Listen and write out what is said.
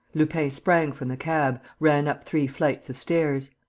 lupin sprang from the cab, ran up three flights of stairs.